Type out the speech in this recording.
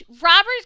Robert